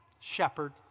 shepherd